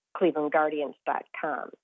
ClevelandGuardians.com